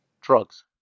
Drugs